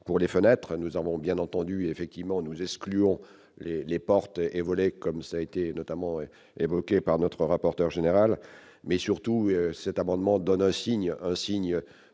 pour les fenêtre nous avons bien entendu effectivement nous excluons les les portes et volets comme ça a été notamment évoqué par notre rapporteur général mais surtout cet amendement donne un signe, un signe